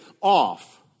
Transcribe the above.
off